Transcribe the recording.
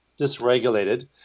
dysregulated